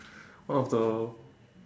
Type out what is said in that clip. one of the